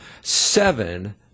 seven